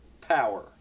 power